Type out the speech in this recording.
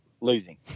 Losing